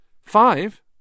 Five